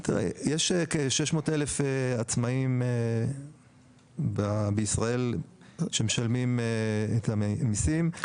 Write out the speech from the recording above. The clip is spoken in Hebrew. יש כ-600,000 עצמאים בישראל שמשלמים את המסים,